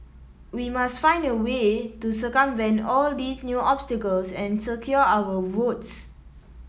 we must find a way to circumvent all these new obstacles and secure our votes